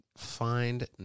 Find